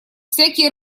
всякие